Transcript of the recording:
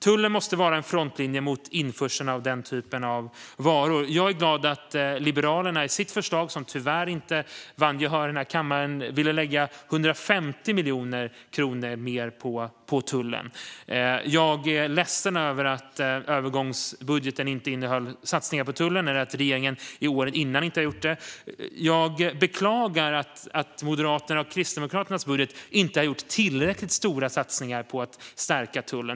Tullen måste vara en frontlinje mot införsel av den här typen av varor, och jag är glad att Liberalerna i sitt förslag - som tyvärr inte vann gehör här i kammaren - ville lägga 150 miljoner kronor mer på tullen. Jag är ledsen över att övergångsbudgeten inte innehöll satsningar på tullen eller att regeringen under tidigare år inte har gjort detta. Jag beklagar även att Moderaterna och Kristdemokraterna i sin budget inte har gjort tillräckligt stora satsningar på att stärka tullen.